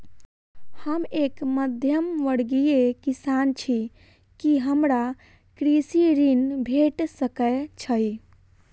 हम एक मध्यमवर्गीय किसान छी, की हमरा कृषि ऋण भेट सकय छई?